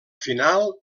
final